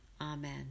Amen